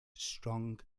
strong